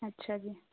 ਅੱਛਾ ਜੀ